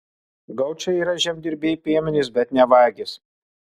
gaučai yra žemdirbiai piemenys bet ne vagys